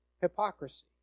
hypocrisy